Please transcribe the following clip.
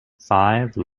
five